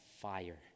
fire